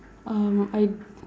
um I